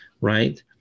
Right